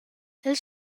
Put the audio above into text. els